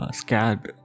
scared